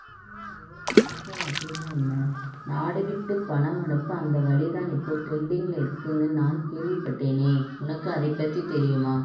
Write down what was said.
online wire transfer அப்படின்னால் என்ன நாடு விட்டு பணம் அனுப்ப அந்த வழிதான் இப்போது ட்ரெண்டிங்கில் இருக்கும்னு நான் கேள்விப்பட்டேனே உனக்கு அதைப் பற்றி தெரியுமா